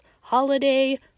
Holiday